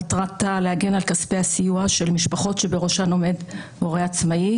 מטרתה להגן על כספי הסיוע של משפחות שבראשן עומד הורה עצמאי,